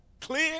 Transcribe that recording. clear